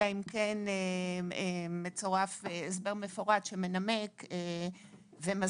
אלא אם כן מצורף הסבר מפורט שמנמק ומסביר